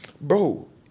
Bro